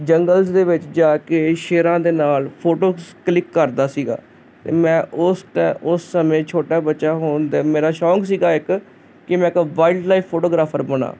ਜੰਗਲ ਦੇ ਵਿੱਚ ਜਾ ਕੇ ਸ਼ੇਰਾਂ ਦੇ ਨਾਲ ਫੋਟੋ ਕਲਿੱਕ ਕਰਦਾ ਸੀਗਾ ਮੈਂ ਉਸ ਟੇ ਉਸ ਸਮੇਂ ਛੋਟਾ ਬੱਚਾ ਹੋਣ ਮੇਰਾ ਸ਼ੌਕ ਸੀਗਾ ਇੱਕ ਕਿ ਮੈਂ ਇੱਕ ਵਰਡ ਲਾਈਫ ਫੋਟੋਗ੍ਰਾਫਰ ਬਣਾ